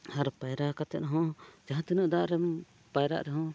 ᱟᱨ ᱯᱟᱭᱨᱟ ᱠᱟᱛᱮᱫ ᱦᱚᱸ ᱡᱟᱦᱟᱸ ᱛᱤᱱᱟᱹᱜ ᱫᱟᱜᱨᱮᱢ ᱯᱟᱭᱨᱟᱜ ᱨᱮᱦᱚᱸ